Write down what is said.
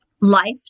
life